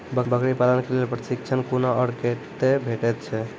बकरी पालन के लेल प्रशिक्षण कूना आर कते भेटैत छै?